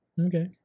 Okay